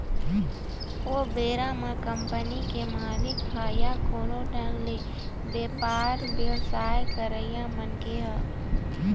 ओ बेरा म कंपनी के मालिक ह या कोनो ढंग ले बेपार बेवसाय करइया मनखे ह